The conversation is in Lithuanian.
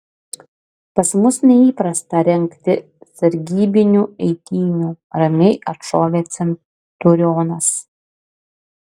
pas mus neįprasta rengti sargybinių eitynių ramiai atšovė centurionas